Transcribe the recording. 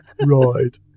Right